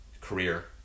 career